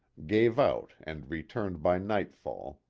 gave out and returned by nightfall,